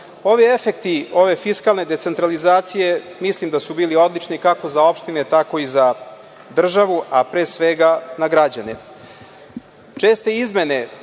Ovi efekti ove fiskalne decentralizacije mislim da su bili odlični, kako za opštine, tako i za državu, a pre svega za građane. Česte izmene